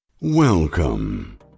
Welcome